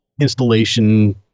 installation